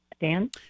Dan